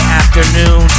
afternoon